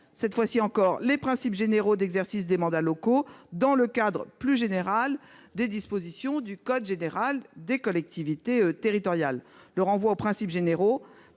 dispositions, plaçant les principes généraux d'exercice des mandats locaux dans le cadre plus général des dispositions du code général des collectivités territoriales. Le renvoi aux « principes généraux